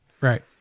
Right